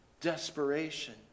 desperation